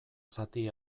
zati